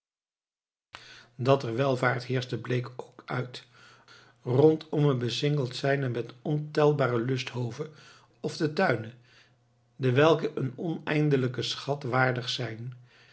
dat er welvaart heerschte bleek ook uit rondomme becingelt zijnde met ontelbare lust hoven ofte thuynen dewelcke een oneyndelicken schat waerdich zijn